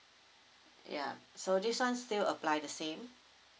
ya so this one still apply the same